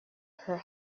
her